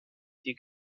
die